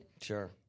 sure